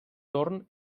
torn